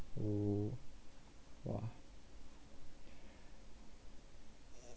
!woo! !wah!